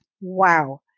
wow